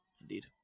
Indeed